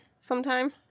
sometime